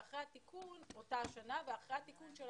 ואחרי התיקון של 2016,